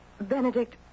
Benedict